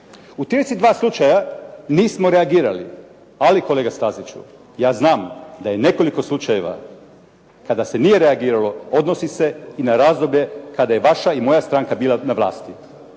U 32 slučaja nismo reagirali, ali kolega Staziću, ja znam da je nekoliko slučajeva kada se nije reagiralo odnosi se i na razdoblje kada je vaša i moja stranka bila na vlasti.